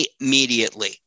immediately